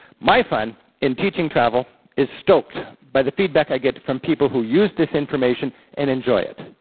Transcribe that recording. my fun in teaching travel is stoked by the feedback i get from people who use this information and enjoy it.